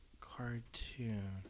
cartoon